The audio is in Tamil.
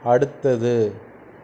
அடுத்தது